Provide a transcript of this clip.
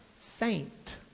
Saint